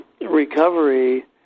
recovery